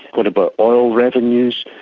what about oil revenues?